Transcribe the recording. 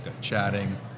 chatting